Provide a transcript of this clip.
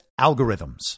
algorithms